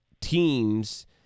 teams